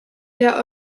der